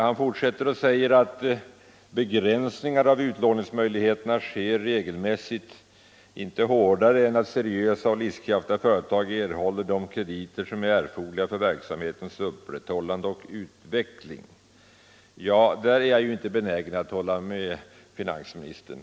Han fortsätter: ”Begränsningar av utlåningsmöjligheterna sker regelmässigt inte hårdare än att seriösa och livskraftiga företag erhåller de krediter som är erforderliga för verksamhetens upprätthållande och utveckling.” På den punkten är jag inte benägen att hålla med finansministern.